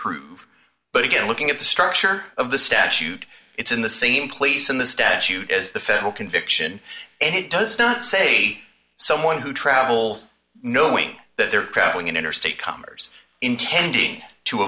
prove but again looking at the structure of the statute it's in the same place in the statute as the federal conviction it does not say someone who travels knowing that they're traveling in interstate commerce intending to